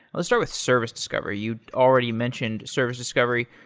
let's start with service discovery. you'd already mentioned service discovery.